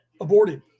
aborted